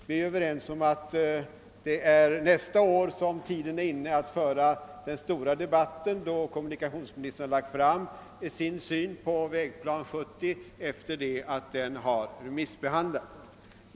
Vi är överens om att det är nästa år som tiden är inne att föra den stora debatten, då kommunikationsministern har lagt fram sin syn på Vägplan 70 efter det att denna har remissbehandlats.